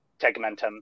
tegmentum